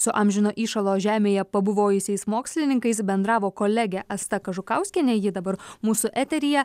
su amžino įšalo žemėje pabuvojusiais mokslininkais bendravo kolegė asta kažukauskienė ji dabar mūsų eteryje